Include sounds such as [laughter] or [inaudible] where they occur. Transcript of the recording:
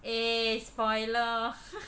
eh spoiler [laughs]